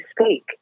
speak